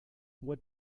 what